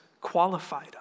qualified